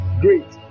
Great